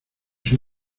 sus